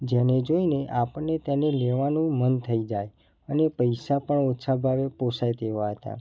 જેને જોઈને આપમને તેને લેવાનું મન થઈ જાય અને પૈસા પણ ઓછા ભાવે પોસાય તેવા હતા